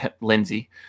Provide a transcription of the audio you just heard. Lindsay